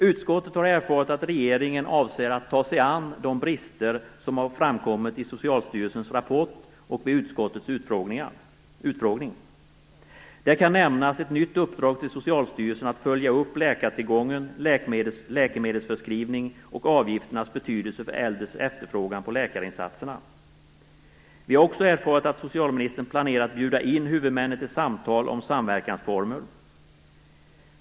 Utskottet har erfarit att regeringen avser att ta sig an de brister som har framkommit i Det kan nämnas ett nytt uppdrag till Socialstyrelsen att följa upp läkartillgången, läkemedelsförskrivning och avgifternas betydelse för äldres efterfrågan på läkemedelsinsatserna. Vi har också erfarit att socialministern planerar att bjuda in huvudmännen till samtal om samverkansformer.